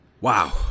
Wow